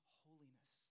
holiness